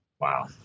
Wow